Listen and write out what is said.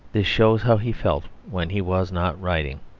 this shows how he felt when he was not writing.